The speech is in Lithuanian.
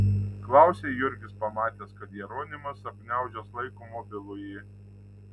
klausia jurgis pamatęs kad jeronimas apgniaužęs laiko mobilųjį